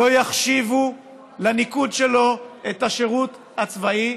לא יחשיבו לניקוד שלו את השירות הצבאי,